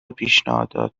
پیشنهادات